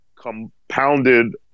compounded